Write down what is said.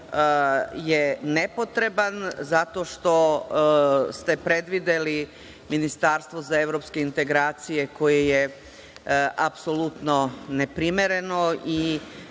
je nepotreban, zato što ste predvideli ministarstvo za evropske integracije koje je apsolutno neprimereno i